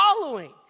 following